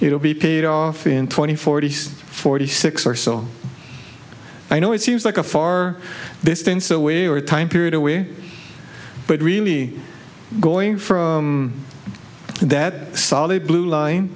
it will be paid off in twenty four to forty six or so i know it seems like a far distance away or a time period away but really going from that solid blue line